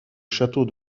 château